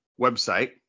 website